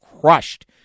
crushed